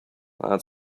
that